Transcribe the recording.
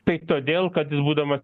tai todėl kad jis būdamas